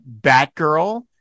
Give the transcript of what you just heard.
Batgirl